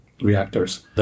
reactors